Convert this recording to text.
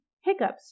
hiccups